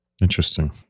Interesting